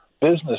business